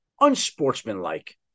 unsportsmanlike